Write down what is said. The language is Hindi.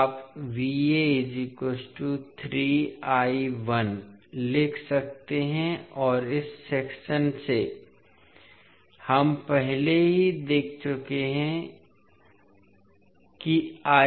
आप लिख सकते हैं और इस सेक्शन से हम पहले ही देख चुके हैं कि